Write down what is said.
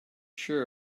sure